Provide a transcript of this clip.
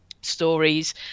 stories